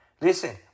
Listen